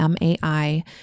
MAI